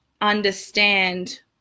understand